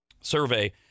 survey